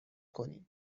کنیم